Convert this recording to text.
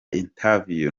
interview